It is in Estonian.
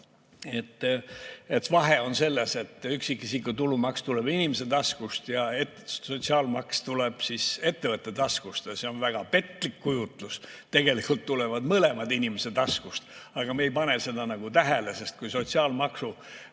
et vahe on selles, et üksikisiku tulumaks tuleb inimese taskust ja sotsiaalmaks tuleb ettevõtte taskust. See on väga petlik kujutlus. Tegelikult tulevad mõlemad inimese taskust, aga me ei pane seda tähele. Kui me maksaksime